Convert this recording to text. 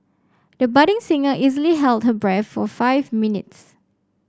the budding singer easily held her breath for five minutes